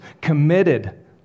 committed